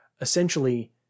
essentially